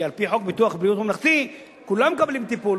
כי על-פי חוק ביטוח בריאות ממלכתי כולם מקבלים טיפול,